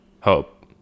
Hope